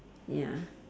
ya